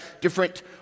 different